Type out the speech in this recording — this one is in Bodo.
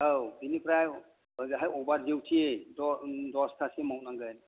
औ बिनिफ्राय हजोंहाय अभार दिउथि दसथासिम मावनांगोन